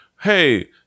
hey